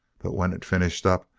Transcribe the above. but when it finished up,